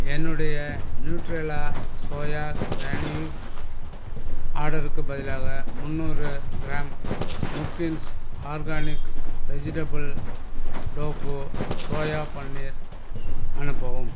என்னுடைய Nutrela soya granules ஆர்டருக்குப் பதிலாக முண்ணூறு கிராம் முர்கின்ஸ் organic vegetable tofu soya paneer அனுப்பவும்